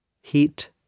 Heat